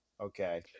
Okay